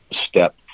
step